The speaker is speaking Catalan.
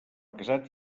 casat